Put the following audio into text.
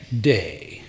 day